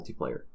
multiplayer